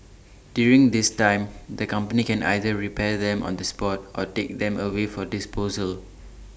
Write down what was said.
during this time the company can either repair them on the spot or take them away for disposal